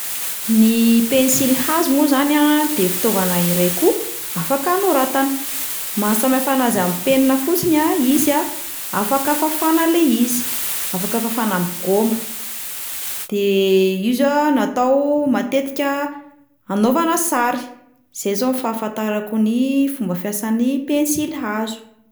Ny pensily hazo moa zany a de fitaovana iray koa afaka anoratana, mahasamihafa anazy amin'ny penina fotsiny a izy a afaka fafana le izy, afaka fafana amin'ny gaoma, de izy a natao matetika anaovana sary, zay zao fahafantarako ny fomba fiasan'ny pensily hazo.